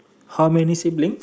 how many sibling